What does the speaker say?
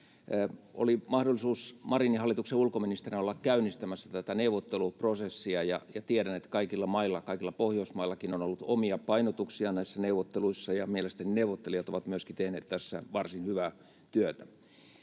Oli mahdollisuus Marinin hallituksen ulkoministerinä olla käynnistämässä tätä neuvotteluprosessia, ja tiedän, että kaikilla mailla, kaikilla Pohjoismaillakin, on ollut omia painotuksiaan näissä neuvotteluissa, ja mielestäni neuvottelijat ovat myöskin tehneet tässä varsin hyvää työtä.